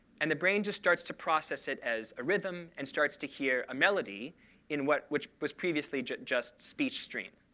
and the brain just starts to process it as a rhythm and starts to hear a melody in what was previously just just speech stream.